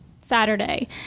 Saturday